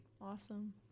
awesome